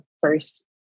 first